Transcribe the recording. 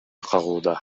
кагууда